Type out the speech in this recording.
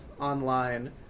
online